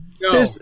No